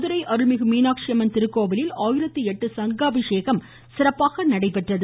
மதுரை அருள்மிகு மீனாட்சியம்மன் திருக்கோவிலில் எட்டு சங்காபிஷேகம் சிறப்பாக நடைபெற்றது